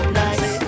nice